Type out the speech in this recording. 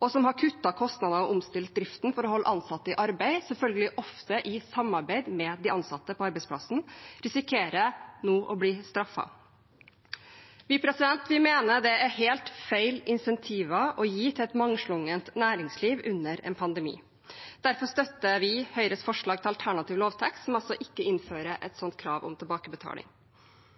og som har kuttet kostnader og omstilt driften for å holde ansatte i arbeid, selvfølgelig ofte i samarbeid med de ansatte på arbeidsplassen, risikerer nå å bli straffet. Vi mener det er helt feil incentiver å gi til et mangslungent næringsliv under en pandemi. Derfor støtter vi Høyres forslag til alternativ lovtekst som ikke innfører et